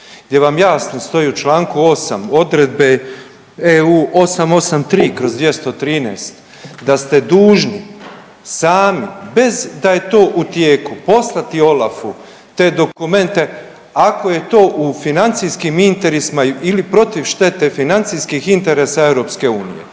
gdje vam jasno stoji u Članku 8. Odredbe EU 883/2013 da ste dužni sami bez da je to u tijeku poslati OLAF-u te dokumente ako je to u financijskim interesima ili protiv štete financijskih interesa EU.